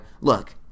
look